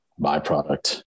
byproduct